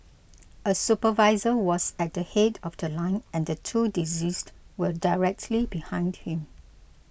a supervisor was at the head of The Line and the two deceased were directly behind him